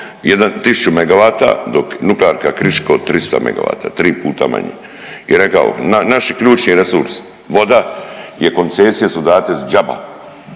1000 megavata dok Nuklearka Krško 300 megavata, tri puta manje i rekao naši ključni resursi, voda i koncesije su date za džaba,